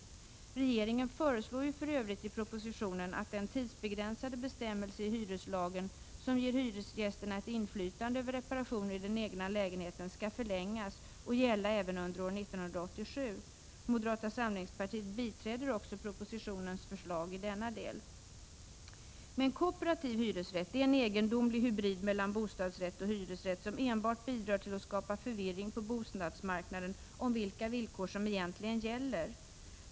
Regeringen föreslår ju för övrigt i propositionen att den tidsbegränsade bestämmelse i hyreslagen som ger hyresgästerna ett inflytande över reparationer i den egna lägenheten skall förlängas och gälla även under år 1987. Moderata samlingspartiet biträder också propositionens förslag i denna del. Men kooperativ hyresrätt är en egendomlig hybrid mellan bostadsrätt och hyresrätt som enbart bidrar till att skapa förvirring på bostadsmarknaden om vilka villkor som egentligen gäller.